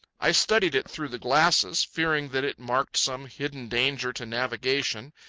i studied it through the glasses, fearing that it marked some hidden danger to navigation,